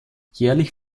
jährlich